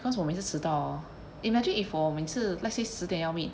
because 我每次迟到 imagine if 我每次 let's say 十点要 meet